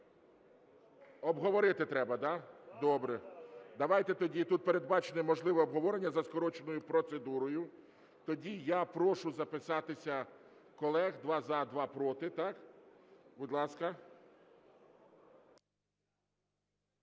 Обговорити треба? Добре. Давайте тоді, тут передбачене, можливе обговорення за скороченою процедурою. Тоді я прошу записатися колег: два – за, два – проти. Будь ласка.